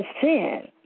sin